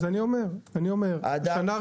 אז אני אומר, אני אומר, תהיה פה